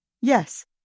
Yes